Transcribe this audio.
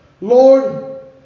Lord